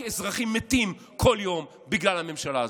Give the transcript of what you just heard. כי אזרחים מתים כל יום בגלל הממשלה הזאת.